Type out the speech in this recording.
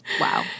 wow